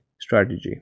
strategy